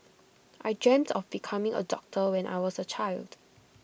I dreamt of becoming A doctor when I was A child